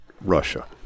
Russia